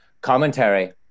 commentary